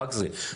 רק זה.